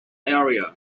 area